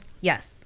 Yes